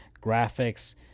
graphics